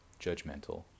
judgmental